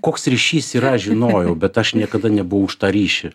koks ryšys yra žinojau bet aš niekada nebuvau už tą ryšį